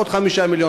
עוד 5 מיליון,